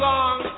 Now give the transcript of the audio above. Long